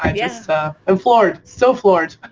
i'm yeah so and floored, so floored.